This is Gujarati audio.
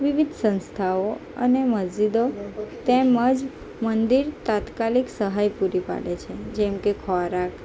વિવિધ સંસ્થાઓ અને મસ્જિદો તેમજ મંદિર તાત્કાલિક સહાય પૂરી પાડે છે જેમકે ખોરાક